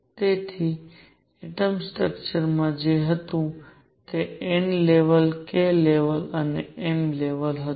તેથી atom structure માં જે હતું તે n લેવલ k લેવલ અને m લેવલ હતું